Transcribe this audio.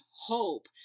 hope